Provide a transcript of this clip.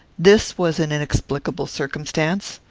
this was an inexplicable circumstance.